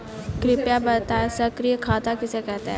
कृपया बताएँ सक्रिय खाता किसे कहते हैं?